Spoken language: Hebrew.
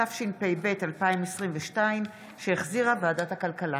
התשפ"ב 2022, שהחזירה ועדת הכלכלה.